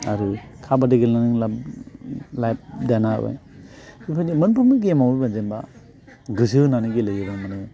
आरो काबादि गेलेनानै नों लाइफ दानो हाबाय बेफोर मोनफ्रोमबो गेमाव जेनेबा गोसो होनानै गेलेयोबा माने